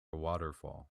waterfall